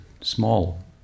small